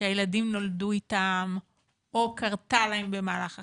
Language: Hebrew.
שהילדים נולדו איתם או קרתה במהלך החיים,